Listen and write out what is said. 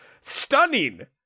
Stunning